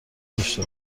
داشته